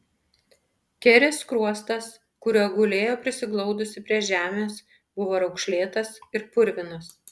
kerės skruostas kuriuo gulėjo prisiglaudusi prie žemės buvo raukšlėtas ir purvinas